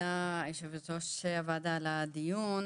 תודה ליושבת ראש הוועדה על הדיון.